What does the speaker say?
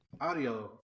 audio